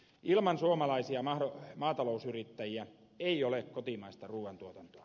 ilman suomalaisia maatalousyrittäjiä ei ole kotimaista ruuantuotantoa